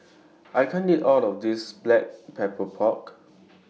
I can't eat All of This Black Pepper Pork